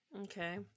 okay